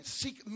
seek